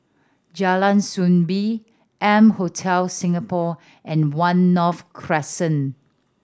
Jalan Soo Bee M Hotel Singapore and One North Crescent